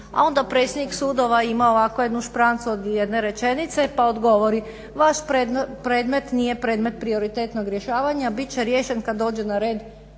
A onda predsjednik sudova ima ovako jednu šprancu od jedne rečenice pa odgovori, vaš predmet nije predmet prioritetnog rješavanja, bit će riješen kada dođe na red